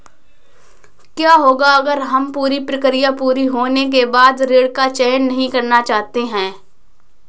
क्या होगा अगर हम पूरी प्रक्रिया पूरी होने के बाद ऋण का चयन नहीं करना चाहते हैं?